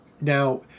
Now